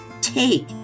take